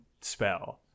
spell